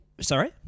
Sorry